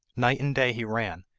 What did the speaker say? night and day he ran,